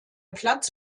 platz